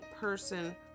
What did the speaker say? person